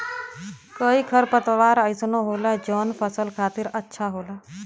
कई खरपतवार अइसनो होला जौन फसल खातिर अच्छा होला